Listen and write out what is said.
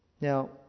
Now